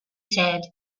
said